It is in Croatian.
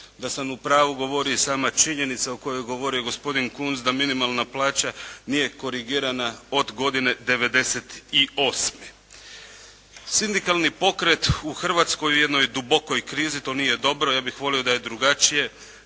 Da sam u pravu govori i sama činjenica o kojoj je govorio gospodin Kunst da minimalna plaća nije korigirana od godine '98. Sindikalni pokret u Hrvatskoj je u jednoj dubokoj krizi. To nije dobro. Ja bih volio da je drugačije,